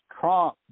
Trump